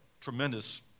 tremendous